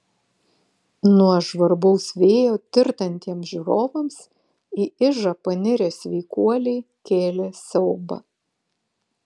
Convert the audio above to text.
nuo žvarbaus vėjo tirtantiems žiūrovams į ižą panirę sveikuoliai kėlė siaubą